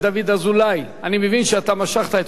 אם כן, רבותי, אין הסתייגויות לחוק.